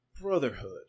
brotherhood